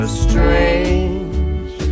strange